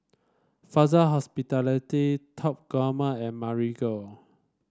Fraser Hospitality Top Gourmet and Marigold